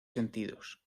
sentidos